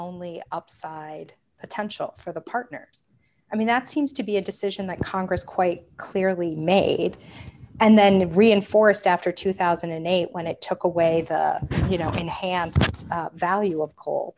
only upside potential for the partners i mean that seems to be a decision that congress quite clearly made and then it reinforced after two thousand and eight when it took away you know in hand value of coal